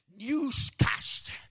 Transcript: newscast